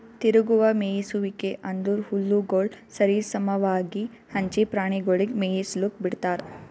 ತಿರುಗುವ ಮೇಯಿಸುವಿಕೆ ಅಂದುರ್ ಹುಲ್ಲುಗೊಳ್ ಸರಿ ಸಮವಾಗಿ ಹಂಚಿ ಪ್ರಾಣಿಗೊಳಿಗ್ ಮೇಯಿಸ್ಲುಕ್ ಬಿಡ್ತಾರ್